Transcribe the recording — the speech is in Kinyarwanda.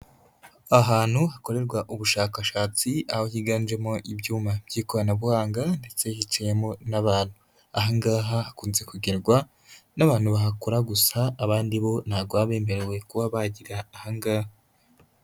Ahantu hakorerwa ubushakashatsi aho higanjemo ibyuma by'ikoranabuhanga ndetse hicayemo n'abantu, aha ngaha hakunze kugerwa n'abantu bahakora gusa abandi bo ntabwo baba bemerewe kuba bagera aha ngaha.